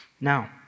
Now